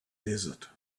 desert